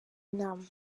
inama